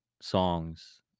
songs